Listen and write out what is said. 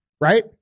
Right